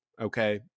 Okay